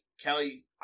Kelly